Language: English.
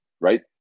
right